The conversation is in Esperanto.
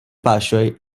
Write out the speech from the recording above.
paŝoj